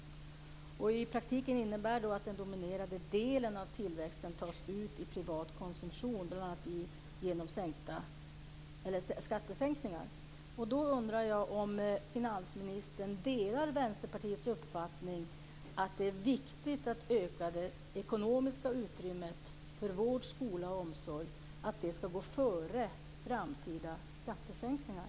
I praktiken innebär det att den dominerande delen av tillväxten tas ut i privat konsumtion, bl.a. genom skattesänkningar. Då undrar jag om finansministern delar Vänsterpartiets uppfattning att det är viktigt att det ökade ekonomiska utrymmet för vård, skola och omsorg ska gå före framtida skattesänkningar.